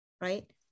right